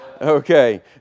okay